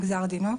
נגזר דינו,